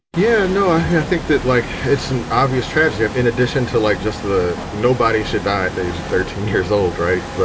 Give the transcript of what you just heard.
yeah, no. i think that, like, it's an obvious tragedy in addition to like just the nobody should die at the age of thirteen years old. right. but